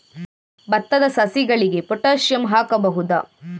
ಭತ್ತದ ಸಸಿಗಳಿಗೆ ಪೊಟ್ಯಾಸಿಯಂ ಹಾಕಬಹುದಾ?